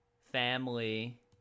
family